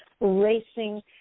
racing